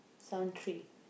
some three